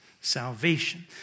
Salvation